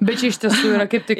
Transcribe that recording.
bet čia iš tiesų yra kaip tai